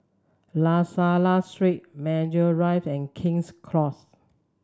La Salle Street Maju rive and King's Close